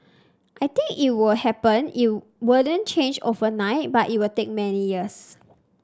I think it would happen it wouldn't change overnight but it would take many years